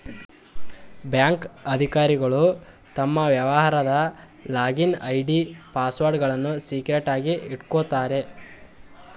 bank ಅಧಿಕಾರಿಗಳು ತಮ್ಮ ವ್ಯವಹಾರದ ಲಾಗಿನ್ ಐ.ಡಿ, ಪಾಸ್ವರ್ಡ್ಗಳನ್ನು ಸೀಕ್ರೆಟ್ ಆಗಿ ಇಟ್ಕೋತಾರೆ